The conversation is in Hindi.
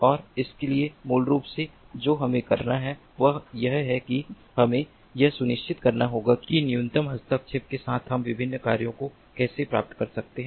और इसके लिए मूल रूप से जो हमें करना है वह यह है कि हमें यह सुनिश्चित करना होगा कि न्यूनतम हस्तक्षेप के साथ हम विभिन्न कार्यों को कैसे प्राप्त कर सकते हैं